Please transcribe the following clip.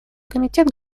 комитет